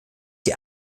die